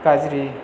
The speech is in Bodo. गाज्रि